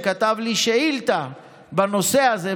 שכתב לי שאילתה בנושא הזה,